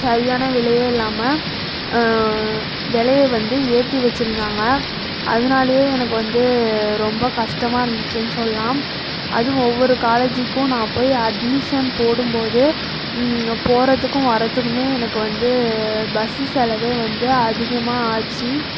சரியான விலையே இல்லாமல் விலைய வந்து ஏற்றி வைச்சிருந்தாங்க அதனாலயே எனக்கு வந்து ரொம்ப கஷ்டமாக இருந்துச்சுனு சொல்லலாம் அதுவும் ஒவ்வொரு காலேஜ்க்கும் நான் போய் அட்மிஷன் போடும்போது போறதுக்கும் வரத்துக்குமே எனக்கு வந்து பஸ் செலவே வந்து அதிகமாக ஆச்சு